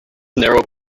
narrow